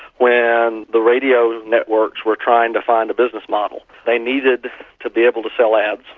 when the radio networks were trying to find a business model. they needed to be able to sell ads.